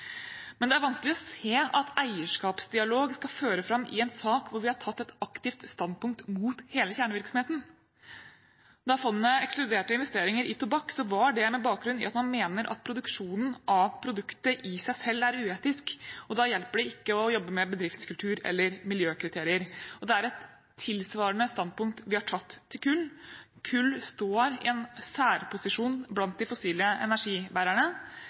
Men det er vanskelig å se at eierskapsdialog skal føre fram i en sak hvor vi har tatt et aktivt standpunkt mot hele kjernevirksomheten. Da fondet ekskluderte investeringer i tobakk, var det med bakgrunn i at man mener at produksjonen av produktet i seg selv er uetisk, og da hjelper det ikke å jobbe med bedriftskultur eller miljøkriterier. Det er et tilsvarende standpunkt vi har tatt til kull. Kull står i en særposisjon blant de fossile energibærerne.